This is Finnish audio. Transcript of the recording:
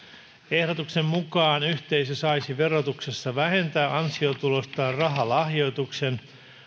ehdotuksen mukaan yhteisö saisi verotuksessa vähentää ansiotulostaan rahalahjoituksen